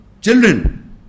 children